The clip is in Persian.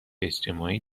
اجتماعی